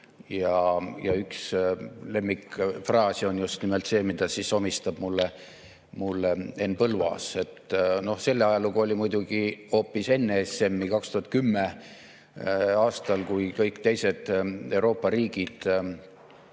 Ja üks lemmikfraase on just nimelt see, mida omistab mulle Henn Põlluaas. No selle ajalugu oli muidugi hoopis enne ESM-i, 2010. aastal, kui hulk Euroopa riike